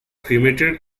cremated